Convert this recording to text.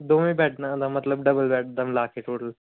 ਦੋਵੇਂ ਬੈਠਣਾ ਦਾ ਮਤਲਬ ਡਬਲ ਬੈਡ ਦਾ ਮਿਲਾ ਕੇ ਟੋਟਲ